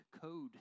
code